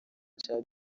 cya